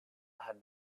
had